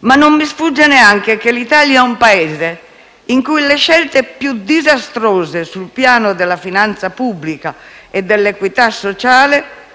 ma non mi sfugge neppure che l'Italia è un Paese in cui le scelte più disastrose sul piano della finanza pubblica e dell'equità sociale